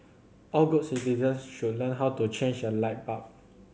all good citizens should learn how to change a light bulb